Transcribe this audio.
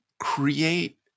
create